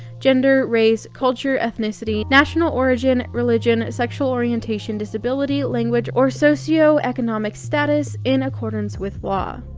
gender, race, culture, ethnicity, national origin, religion, sexual orientation, disability, language, or socioeconomic status in accordance with law.